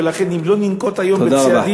ולכן אם לא ננקוט היום צעדים,